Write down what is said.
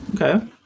Okay